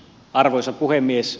arvoisa puhemies